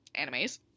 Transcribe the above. animes